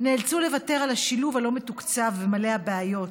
נאלצו לוותר על השילוב הלא-מתוקצב ומלא הבעיות,